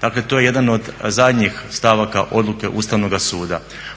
Dakle to je jedna od zadnjih stavaka odluke Ustavnoga sada.